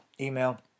email